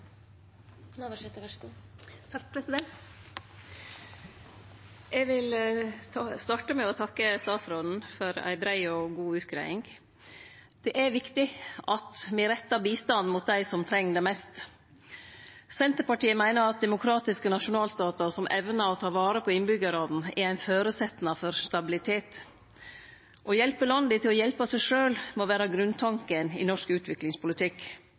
viktig at me rettar bistanden mot dei som treng det mest. Senterpartiet meiner at demokratiske nasjonalstatar som evnar å ta vare på innbyggjarane, er ein føresetnad for stabilitet. Å hjelpe landa til å hjelpe seg sjølve må vere grunntanken i norsk utviklingspolitikk.